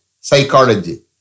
Psychology